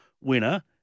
winner